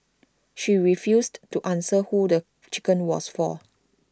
she refused to answer who the chicken was for